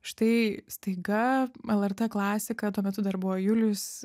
štai staiga lrt klasika tuo metu dar buvo julius